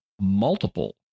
multiple